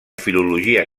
filologia